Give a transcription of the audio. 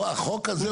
פה, החוק הזה לא.